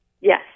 Yes